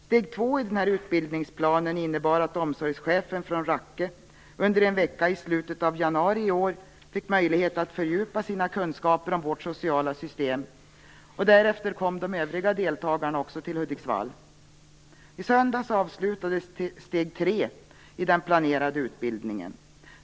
Steg två i den här utbildningsplanen innebar att omsorgschefen från Rakke under en vecka i slutet av januari i år fick möjlighet att fördjupa sina kunskaper om vårt sociala system, och därefter kom även de övriga deltagarna till Hudiksvall. I söndags avslutades steg tre i den planerade utbildningen.